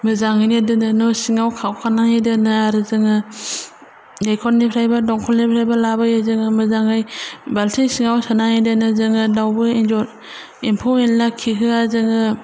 मोजाङैनो दोनो न' सिङाव खावखांनानै दोनो आरो जोङो दैखरनिफ्रायबो दंखलनिफ्रायबो लाबोयो जोङो मोजाङै बालथिं सिङाव सोनानै दोनो जोङो दावबो एन्जर एम्फौ एनला खिहोआ जोङो